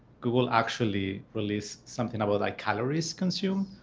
google actually released something about like calories consumed.